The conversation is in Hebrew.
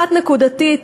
אחת נקודתית,